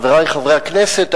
חברי חברי הכנסת,